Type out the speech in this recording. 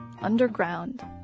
underground